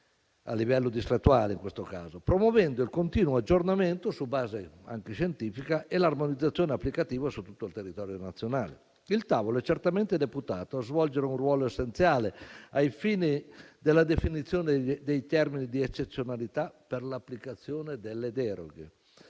(a livello distrettuale, in questo caso), promuovendo il continuo aggiornamento su base scientifica e l'armonizzazione applicativa su tutto il territorio nazionale. Il tavolo è certamente deputato a svolgere un ruolo essenziale ai fini della definizione dei termini di eccezionalità per l'applicazione delle deroghe,